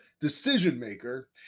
decision-maker